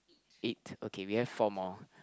eight okay we have four more